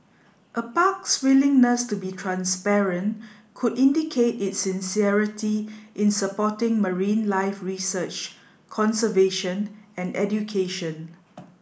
a park's willingness to be transparent could indicate its sincerity in supporting marine life research conservation and education